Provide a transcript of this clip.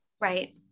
Right